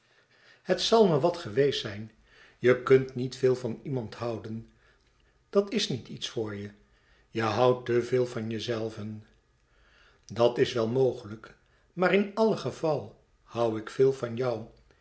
het zal me wat geweest zijn je kunt niet veel van iemand houden dat is niet iets voor je je houdt te veel van jezelven dat is wel mogelijk maar in alle geval hoû ik veel van jou